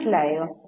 മനസ്സിലായോ